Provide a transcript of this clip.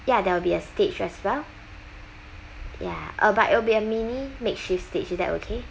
ya there will be a stage as well ya uh but it'll be a mini makeshift stage is that okay